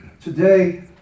Today